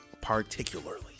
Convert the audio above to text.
particularly